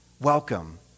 Welcome